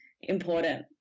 important